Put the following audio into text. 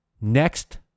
Next